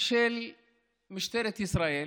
של משטרת ישראל,